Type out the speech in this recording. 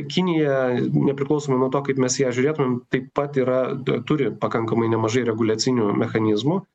kinija nepriklausomai nuo to kaip mes į ją žiūrėtumėm taip pat yra turi pakankamai nemažai reguliacinių mechanizmų